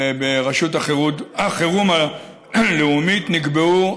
ברשות החירום הלאומית נקבעו